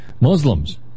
Muslims